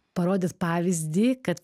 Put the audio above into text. parodyti pavyzdį kad